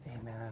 Amen